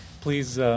please